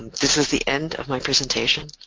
this is the end of my presentation.